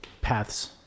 paths